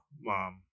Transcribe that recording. mom